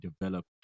develop